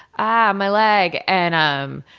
ah my leg! and um